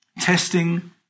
testing